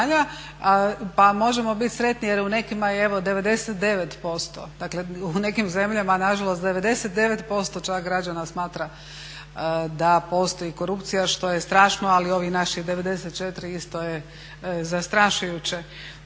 je evo 99%, dakle u nekim zemljama nažalost 99% čak građana smatra da postoji korupcija što je strašno, ali ovih naših 94% isto je zastrašujuće.